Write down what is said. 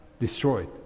Destroyed